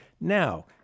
Now